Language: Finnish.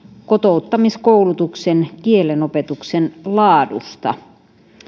kotouttamiskoulutuksen kielenopetuksen laadusta